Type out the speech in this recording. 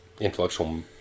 intellectual